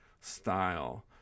style